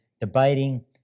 debating